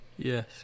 Yes